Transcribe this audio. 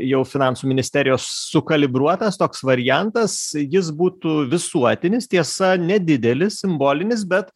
jau finansų ministerijos sukalibruotas toks variantas jis būtų visuotinis tiesa nedidelis simbolinis bet